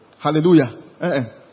Hallelujah